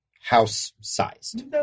house-sized